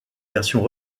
versions